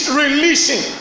releasing